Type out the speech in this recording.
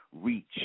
Reach